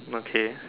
okay